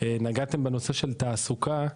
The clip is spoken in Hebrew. נגעתם בנושא של התעסוקה,